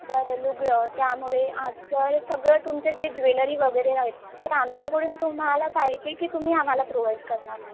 बरं लुगडं त्यामुळे तर सगळं तुमचं जे ज्वेलरी वगैरे आहे ते आमच्याकडून तुम्हाला पाहिजे की तुम्ही आम्हाला प्रोव्हाइड करणार